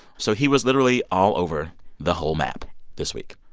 so he was literally all over the whole map this week.